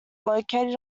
located